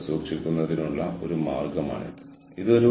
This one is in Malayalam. കൂടാതെ നിങ്ങൾക്ക് നവീകരിക്കാൻ കഴിയും ഉൽപ്പാദനക്ഷമത ഉയർന്നതുമാവും